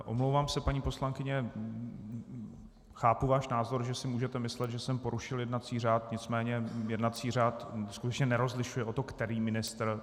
Omlouvám se, paní poslankyně, chápu váš názor, že si můžete myslet, že jsem porušil jednací řád, nicméně jednací řád skutečně nerozlišuje to, který ministr.